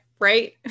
right